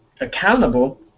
accountable